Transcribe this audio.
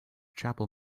chapel